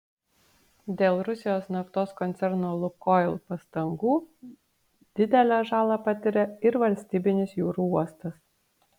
dėl rusijos naftos koncerno lukoil pastangų didelę žalą patiria ir valstybinis jūrų uostas